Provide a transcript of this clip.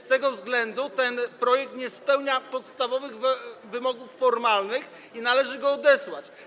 Z tego względu ten projekt nie spełnia podstawowych wymogów formalnych i należy go odesłać.